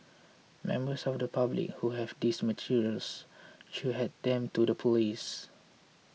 members of the public who have these materials should hand them to the police